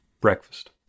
breakfast